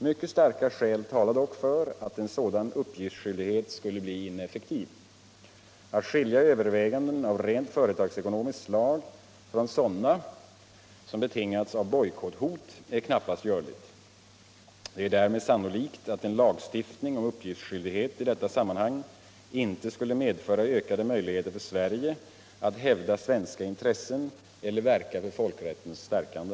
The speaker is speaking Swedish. Mycket starka skäl talar dock för all en sådan uppgiftsskyldighet skulle bli inelTekliy. Au skilja överväganden av rent företagsekonomiskt slag från sådana som bet'ihgats av bojkotthot är knappast görligt. Det är därmed sannolikt att en lagstiftning om uppgiftsskyldighet i detta sammanhang inte skulle medföra ökade möjligheter för Sverige att hävda svenska intressen celler verka för folkrättens stärkande.